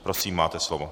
Prosím, máte slovo.